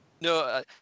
No